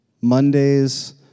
Mondays